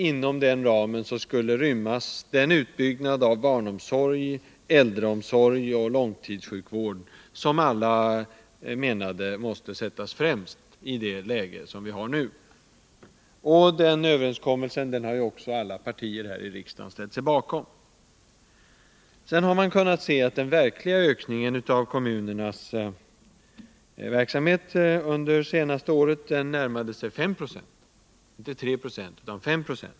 Inom den ramen skulle rymmas den utbyggnad av barnomsorg, äldreomsorg och långtidssjukvård som alla menade måste sättas främst i rådande läge. Den överenskommelsen har också alla partier här i riksdagen ställt sig bakom. Sedan har man kunnat konstatera att den verkliga ökningen av kommunernas verksamhet det senaste året närmade sig 5 0.